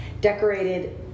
decorated